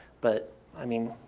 but i mean,